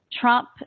Trump